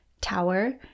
tower